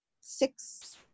six